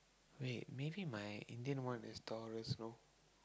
wait maybe my Indian one is Taurus know